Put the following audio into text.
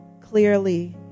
clearly